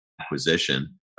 acquisition